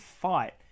fight